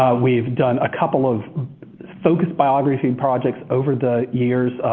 we've done a couple of focused biography projects over the years,